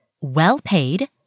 well-paid